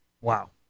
Wow